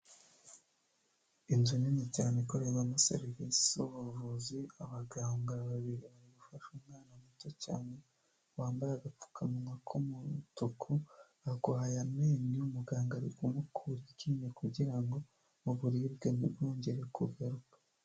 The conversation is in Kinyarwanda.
Inzu nini cyane ikorerwamo serivisi z'ubuvuzi, abaganga babiri bari gufasha umwana muto cyane bambaye agapfukamunwa k'umutuku arwaye amenyo, umuganga ari kumukura iryinyo kugira ngo uburibwe ntibwongere kugaruka.